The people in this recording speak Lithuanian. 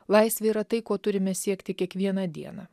laisvė yra tai ko turime siekti kiekvieną dieną